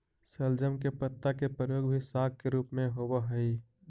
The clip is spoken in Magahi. शलजम के पत्ता के प्रयोग भी साग के रूप में होव हई